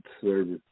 service